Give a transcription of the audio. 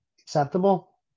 acceptable